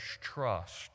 trust